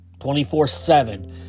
24-7